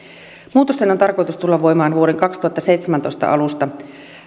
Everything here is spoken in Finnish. muutosten on tarkoitus tulla voimaan vuoden kaksituhattaseitsemäntoista alusta